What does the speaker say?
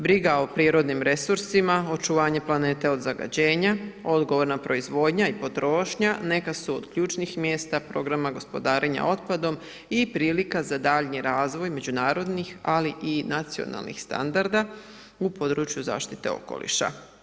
Briga o prirodnim resursima, očuvanju planete od zagađenja, odgovorna proizvodnja i potrošnja, neka su od ključnih mjesta programa gospodarena otpadom i prilika za daljnji razvij međunarodnih ali i nacionalnih standarda u području zaštite okoliša.